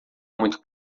muito